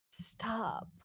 Stop